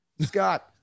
Scott